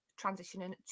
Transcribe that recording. transitioning